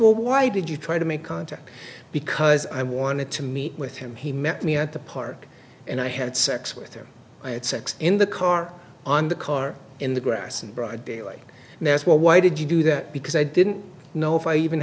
well why did you try to make contact because i wanted to meet with him he met me at the park and i had sex with him i had sex in the car on the car in the grass in broad daylight and that's what why did you do that because i didn't know if i even